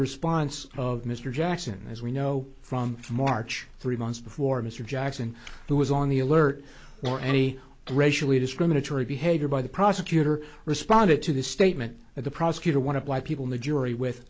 response of mr jackson as we know from march three months before mr jackson who was on the alert for any racially discriminatory behavior by the prosecutor responded to the statement of the prosecutor one of why people in the jury with